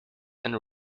and